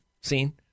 seen